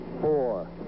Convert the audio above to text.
four